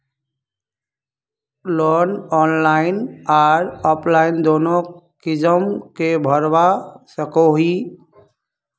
Loan online आर offline दोनों किसम के भरवा सकोहो ही?